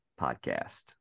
podcast